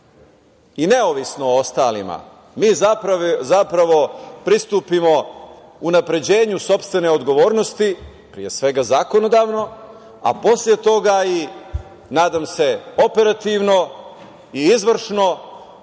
i neovisno ostalima zapravo pristupimo unapređenju sopstvene odgovornosti, pre svega zakonodavno, a posle toga i, nadam se, operativno i izvršno